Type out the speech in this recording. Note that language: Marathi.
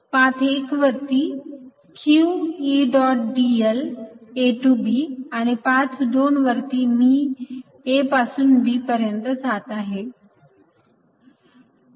पाथ 1 वरती q E dot d l A to B आणि पाथ 2 वरती मी A पासून B पर्यंत जात आहे